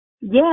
Yes